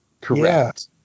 Correct